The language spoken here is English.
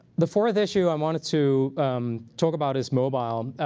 the fourth issue i wanted to talk about is mobile. um